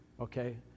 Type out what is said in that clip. okay